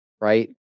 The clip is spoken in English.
Right